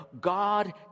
God